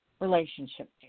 relationship